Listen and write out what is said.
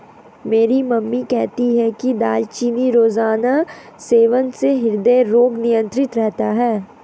मेरी मम्मी कहती है कि दालचीनी रोजाना सेवन से हृदय रोग नियंत्रित रहता है